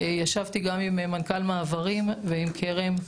ישבתי גם עם מנכ"ל מעברים ועם כרם,